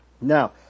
Now